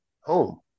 home